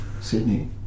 Sydney